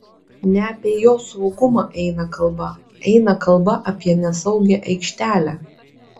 ne apie jos saugumą eina kalba eina kalba apie nesaugią aikštelę